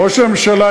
ראש הממשלה,